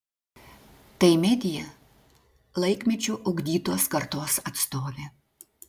tai media laikmečio ugdytos kartos atstovė